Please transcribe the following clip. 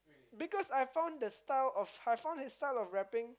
because I found the style of I found his style of rapping